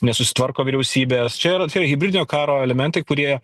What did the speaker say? nesusitvarko vyriausybės čia yra tie hibridinio karo elementai kurie